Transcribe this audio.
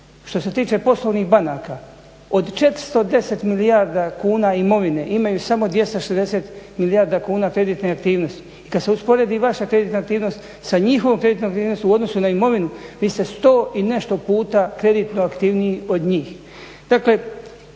Što se tiče poslovnih banaka, od 410 milijardi kuna imovine imaju samo 260 milijardi kuna kreditne aktivnosti i kad se usporedi vaša kreditna aktivnost sa njihovom kreditnom aktivnosti u odnosu na imovinu, vi ste 100 i nešto puta kreditno aktivniji od njih. Dakle